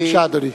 בבקשה, אדוני.